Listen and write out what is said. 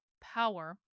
power